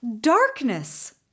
Darkness